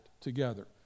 together